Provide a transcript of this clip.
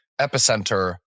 epicenter